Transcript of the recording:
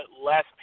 less